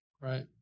Right